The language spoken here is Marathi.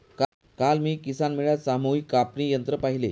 काल मी किसान मेळ्यात सामूहिक कापणी यंत्र पाहिले